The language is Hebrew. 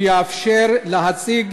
הוא יאפשר להציג